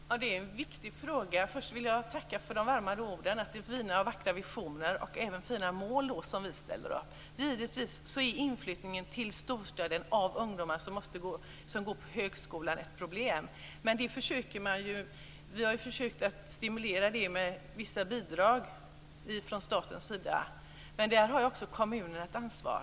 Herr talman! Det är en viktig fråga. Först vill jag tacka för de värmande orden om att det är vackra och fina visioner och även fina mål som vi ställer upp. Givetvis är inflyttningen till storstaden av ungdomar som går på högskolan ett problem, men vi från staten har ju försökt att ge vissa bidrag som stimulans. Men där har också kommunerna ett ansvar.